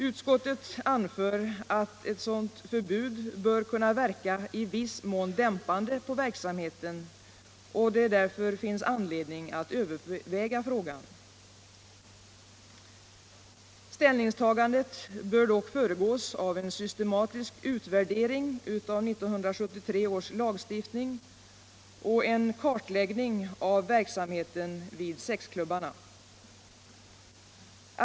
Utskottet anför att ett sådant förbud bör kunna verka i viss mån dämpande på verksamheten och att det därför finns anledning att överväga frågan. Ställningstagandet bör dock föregås av en systematisk utvärdering av 1973 års lagstiftning och en kartläggning av verksamheten vid sexklubbarna.